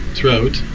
throat